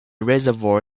reservoir